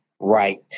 right